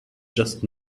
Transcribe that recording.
just